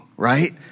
right